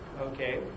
okay